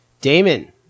Damon